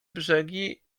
brzegi